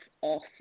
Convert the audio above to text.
off